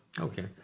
Okay